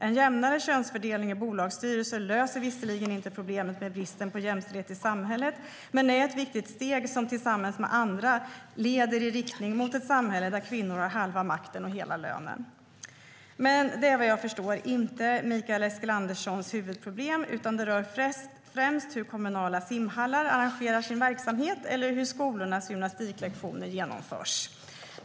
En jämnare könsfördelning i bolagsstyrelser löser visserligen inte problemet med bristen på jämställdhet i samhället, men är ett viktigt steg som tillsammans med andra leder i riktning mot ett samhälle där kvinnorna har halva makten och hela lönen. Men det är vad jag förstår inte Mikael Eskilanderssons huvudproblem, utan det rör främst hur kommunala simhallar arrangerar sin verksamhet eller hur skolornas gymnastiklektioner genomförs.